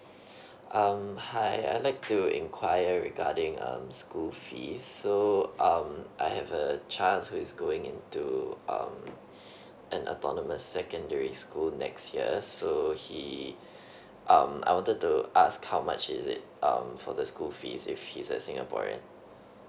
um hi I like to inquire regarding um school fees so um I have a child who is going into um an autonomous secondary school next year so he um I wanted to ask how much is it um for the school fees if he's a singaporean